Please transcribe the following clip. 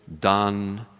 done